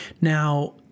now